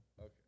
Okay